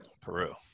Peru